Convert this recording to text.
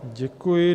Děkuji.